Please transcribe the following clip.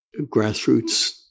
grassroots